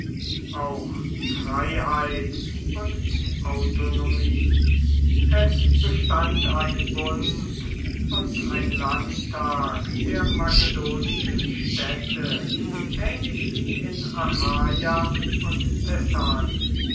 auch die freiheit und die autonomie es bestand ein bund und ein landtag der makedonischen städte ähnlich wie in achaia und